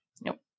Nope